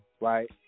right